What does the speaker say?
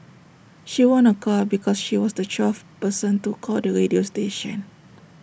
she won A car because she was the twelfth person to call the radio station